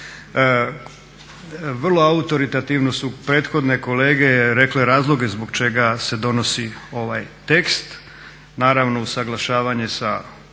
Vrlo autoritativno su prethodne kolege rekle razloge zbog čega se donosi ovaj tekst. Naravno usaglašavanje sa